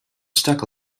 stuck